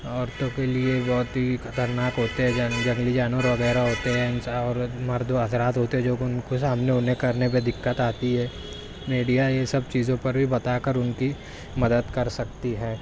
عورتوں کے لیے بہت ہی خطرناک ہوتے ہیں جنگلی جانور وغیرہ ہوتے ہیں ان سا اور مرد حضرات ہوتے ہیں جوکہ ان کے سامنے انہیں کرنے پہ دقت آتی ہے میڈیا یہ سب چیزوں پر بھی بتا کر ان کی مدد کر سکتی ہے